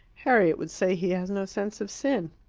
harriet would say he has no sense of sin.